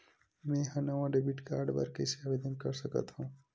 मेंहा नवा debit card बर कैसे आवेदन कर सकथव?